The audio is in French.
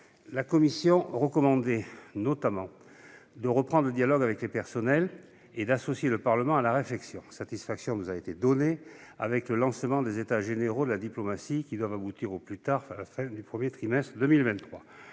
La commission recommandait, notamment, de reprendre le dialogue avec les personnels et d'associer le Parlement à la réflexion. Satisfaction nous a été donnée avec le lancement des États généraux de la diplomatie, qui doivent aboutir au plus tard à la fin du premier trimestre 2023.